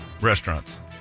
restaurants